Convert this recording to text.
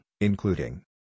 including